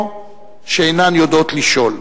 או "שאינן יודעות לשאול".